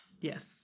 Yes